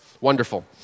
Wonderful